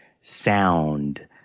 sound